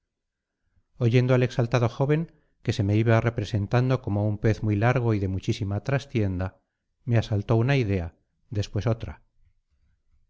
oyendo al exaltado joven que se me iba representando como un pez muy largo y de muchísima trastienda me asaltó una idea después otra